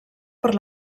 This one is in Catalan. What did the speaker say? per